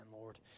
Lord